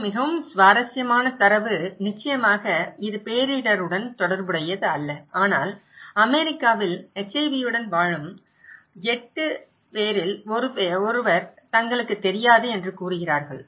இங்கே மிகவும் சுவாரஸ்யமான தரவு நிச்சயமாக இது பேரிடருடன் தொடர்புடையது அல்ல ஆனால் அமெரிக்காவில் HIVயுடன் வாழும் 8 பேரில் ஒருவர் தங்களுக்குத் தெரியாது என்று கூறுகிறார்கள்